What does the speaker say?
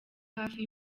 hafi